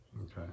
Okay